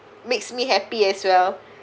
makes me happy as well